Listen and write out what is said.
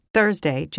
Thursday